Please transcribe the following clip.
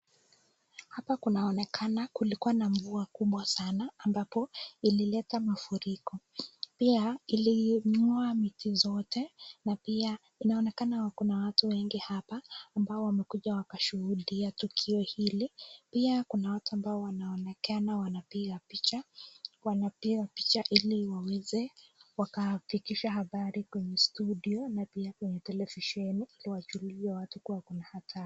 Hapa kunaonekana kulikuwa na mvua kubwa sana ambapo ilileta mafuriko. Pia ilimng'oa miti zote na pia inaonekana kuna watu wengi hapa ambao wamekuja wakashuhudia tukio hili. Pia kuna watu ambao wanaonekana wanapiga picha. Wanapiga picha ili waweze wakafikisha habari kwenye studio na pia kwenye televisheni, ili wajulishe watu kuwa kuna hatari.